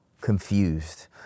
confused